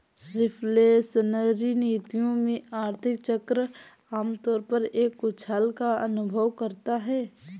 reflationary नीतियों में, आर्थिक चक्र आम तौर पर एक उछाल का अनुभव करता है